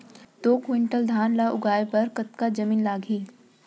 दो क्विंटल धान ला उगाए बर कतका जमीन लागही?